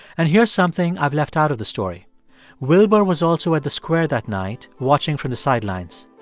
and here's something i've left out of the story wilber was also at the square that night, watching from the sidelines.